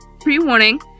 pre-warning